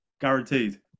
Guaranteed